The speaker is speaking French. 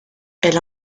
elle